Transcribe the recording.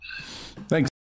thanks